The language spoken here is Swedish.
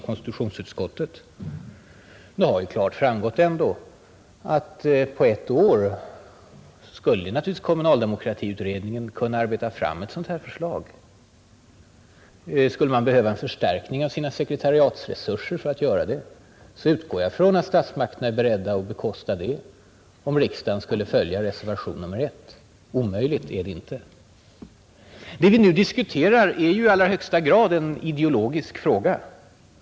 Det har ändå klart framgått att kommunaldemokratiutredningen under det kommande året skulle kunna arbeta fram ett sådant här förslag, Skulle man behöva en förstärkning av sina sekretariatresurser för att göra det, utgår jag från att statsmakterna är beredda att bekosta det om riksdagen skulle bifalla reservationen 1. Omöjligt är det inte. Det vi nu diskuterar är ju i allra högsta grad en ideologisk fråga.